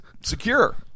secure